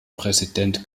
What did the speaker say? präsident